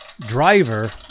Driver